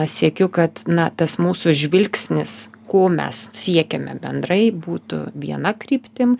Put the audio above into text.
siekiu kad na tas mūsų žvilgsnis ko mes siekiame bendrai būtų viena kryptim